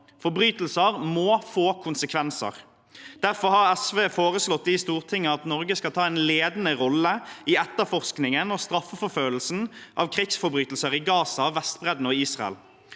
Forbrytelser må få konsekvenser. Derfor har SV foreslått i Stortinget at Norge skal ta en ledende rolle i etterforskningen og straffeforfølgelsen av krigsforbrytelser i Gaza, på Vestbredden og i Israel.